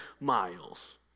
miles